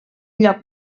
lloc